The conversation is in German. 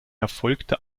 erfolgte